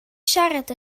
siarad